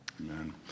Amen